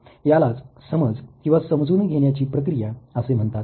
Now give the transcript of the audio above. यालाच समज किंवा समजून घेण्याची प्रक्रिया असे म्हणतात